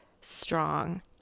strong